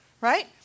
right